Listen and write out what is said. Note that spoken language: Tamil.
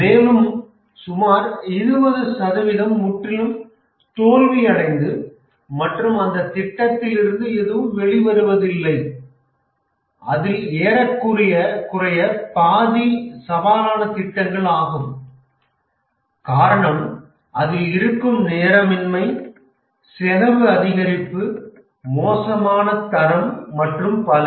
மேலும் சுமார் 20 சதவீதம் முற்றிலும் தோல்வி அடைந்து மற்றும் அந்தத் திட்டத்திலிருந்து எதுவும் வெளிவருவதில்லை அதில் ஏறக்குறைய பாதி சவாலான திட்டங்கள் ஆகும் காரணம் அதில் இருக்கும் நேரமின்மை செலவு அதிகரிப்பு மோசமான தரம் மற்றும் பல